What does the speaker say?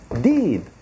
deed